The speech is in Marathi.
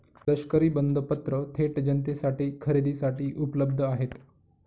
लष्करी बंधपत्र थेट जनतेसाठी खरेदीसाठी उपलब्ध आहेत